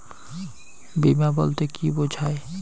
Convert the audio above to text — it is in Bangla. বিমা বলতে কি বোঝায়?